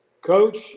Coach